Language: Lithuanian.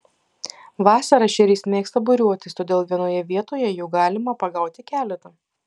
vasarą ešerys mėgsta būriuotis todėl vienoje vietoje jų galima pagauti keletą